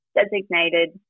designated